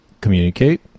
communicate